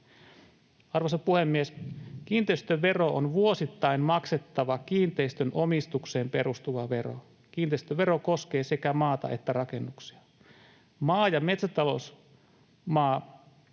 Arvoisa puhemies! Kiinteistövero on vuosittain maksettava kiinteistön omistukseen perustuva vero. Kiinteistövero koskee sekä maata että rakennuksia. Maa- ja metsätalousmaa